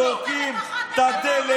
אתם הרי זורקים את הדלק,